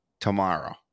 tomorrow